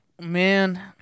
man